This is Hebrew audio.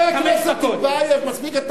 חבר הכנסת טיבייב, מספיק.